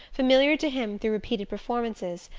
familiar to him through repeated performances,